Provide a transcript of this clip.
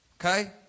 Okay